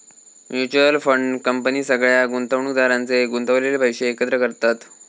mutual fund company सगळ्या गुंतवणुकदारांचे गुंतवलेले पैशे एकत्र करतत